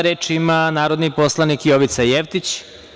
Reč ima narodni poslanik Jovica Jevtić.